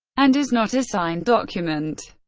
and is not a signed document.